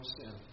sin